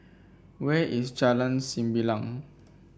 where is Jalan Sembilang